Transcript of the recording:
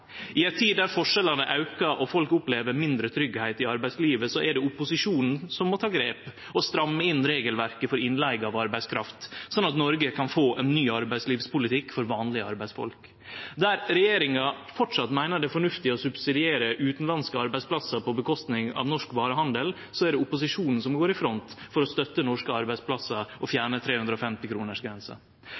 I ei tid da forskjellane aukar og folk opplever mindre tryggleik i arbeidslivet, er det opposisjonen som må ta grep og stramme inn regelverket for innleige av arbeidskraft, slik at Noreg kan få ein ny arbeidslivspolitikk for vanlege arbeidsfolk. Der regjeringa framleis meiner det er fornuftig å subsidiere utanlandske arbeidsplassar på kostnad av norsk varehandel, er det opposisjonen som går i front for å støtte norske arbeidsplassar og fjerne